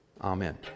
Amen